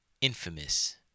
infamous